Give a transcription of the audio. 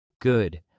Good